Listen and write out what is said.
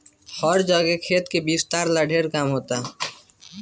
हर जगे खेती के विस्तार ला ढेर काम होता